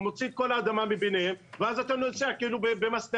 זה מוציא את כל האדמה, ואז אתה נוסע על סלעים.